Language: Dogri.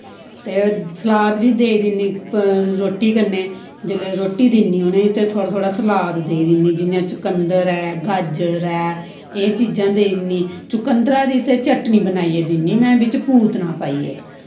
ते सलाद बी देई दिन्नी रोट्टी कन्नै जिसलै रोट्टी दिन्नी ते थोह्ड़ा थोह्ड़ा सलाद देई दिन्नी जियां चकंद्दर ऐ गाजर ऐ एह् चीजां देई दिन्नी चकंद्दरा दी ते चटनी बनाइयै दिन्नी मैं बिच्च पूतना पाइयै